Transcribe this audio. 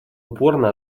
упорно